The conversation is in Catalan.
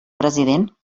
president